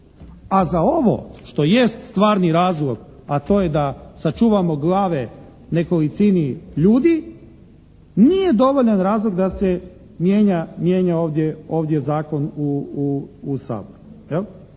A za ovo što jest stvarni razlog, a to je da sačuvamo glave nekolicini ljudi, nije dovoljan razlog da se mijenja ovdje zakon u Saboru.